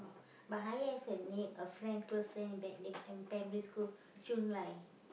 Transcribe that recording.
but I have a name a friend close friend that name in primary school Chun-Lai